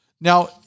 Now